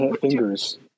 fingers